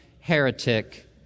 Heretic